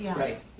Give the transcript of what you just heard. right